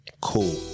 cool